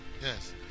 Yes